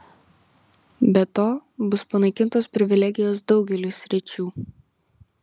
be to bus panaikintos privilegijos daugeliui sričių